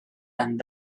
and